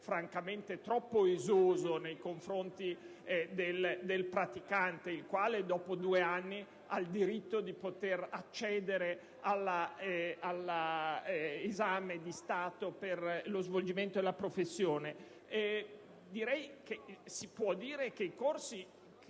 francamente troppo esoso nei confronti del praticante, il quale, dopo due anni, deve poter accedere all'esame di Stato per lo svolgimento della professione. L'obbligo dei corsi